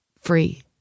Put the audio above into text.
free